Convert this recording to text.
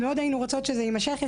היינו רוצות שזה יימשך.